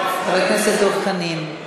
חבר הכנסת דב חנין.